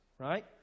right